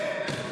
לא יהיה.